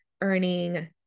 earning